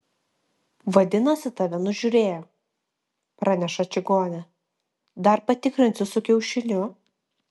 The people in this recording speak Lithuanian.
vadinasi tave nužiūrėjo praneša čigonė dar patikrinsiu su kiaušiniu